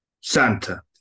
Santa